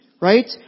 Right